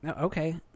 okay